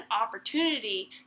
opportunity